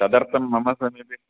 तदर्थं मम समीपे